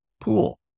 pool